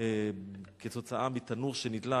כתוצאה מתנור שנדלק,